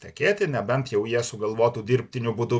tekėti nebent jau jie sugalvotų dirbtiniu būdu